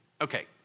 Okay